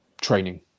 training